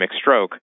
stroke